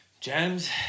gems